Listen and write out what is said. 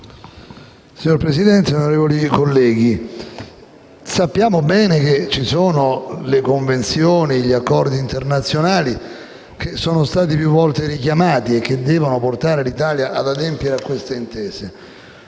Signor Presidente, onorevoli colleghi, sappiamo bene che ci sono le convenzioni e gli accordi internazionali, che sono stati più volte richiamati e che devono portare l'Italia ad adempiere a queste intese.